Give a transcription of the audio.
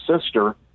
sister